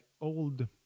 old